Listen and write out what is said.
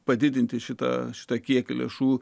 padidinti šitą šitą kiek lėšų